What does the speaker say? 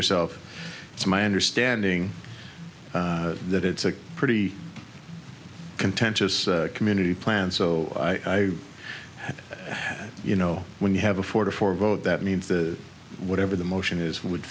yourself it's my understanding that it's a pretty contentious community plan so i you know when you have a four to four vote that means the whatever the motion is would